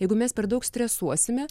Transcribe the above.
jeigu mes per daug stresuosime